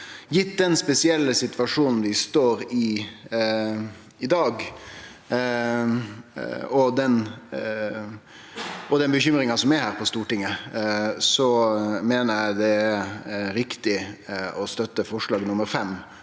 Gitt den spesielle situasjonen vi står i i dag, og den bekymringa som er her på Stortinget, meiner eg det er riktig å støtte forslag nr.